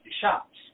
shops